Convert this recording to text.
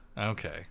Okay